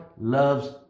loves